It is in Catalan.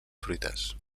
fruites